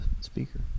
speaker